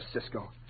Cisco